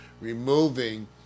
removing